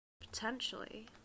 potentially